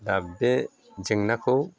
दा बे जेंनाखौ